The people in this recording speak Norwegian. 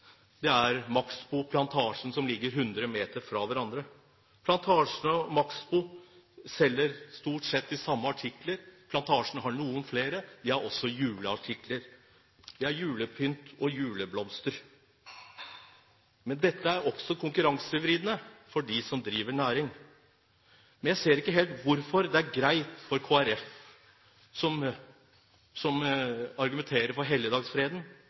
ligger 100 meter fra hverandre. Plantasjen og Maxbo selger stort sett de samme artiklene. Plantasjen har noen flere – de har også juleartikler, julepynt og juleblomster. Men dette er også konkurransevridende for dem som driver næring. Jeg ser ikke helt hvorfor det er greit for Kristelig Folkeparti, som argumenterer for